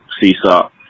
seesaw